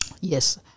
Yes